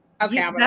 Okay